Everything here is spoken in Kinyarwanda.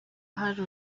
hari